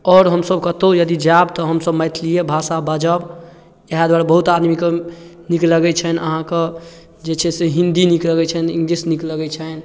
आओर हमसब कतहु यदि जाएब तऽ हमसब मैथिलिए भाषा बाजब इएह दुआरे बहुत आदमीके नीक लगै छनि अहाँके जे छै से हिन्दी नीक लगे छैन इङ्गलिश नीक लग छनि